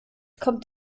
kommt